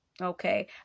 okay